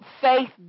faith